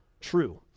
true